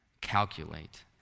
calculate